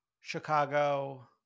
chicago